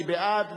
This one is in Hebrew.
מי בעד?